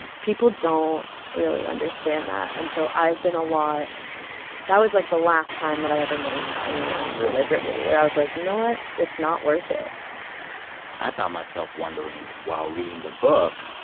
people don't really understand that. and so i've been a lot that was, like, the last time that i ever named. really. anyone deliberately where i was, like, you know what? it's not worth it i found myself wondering while reading the book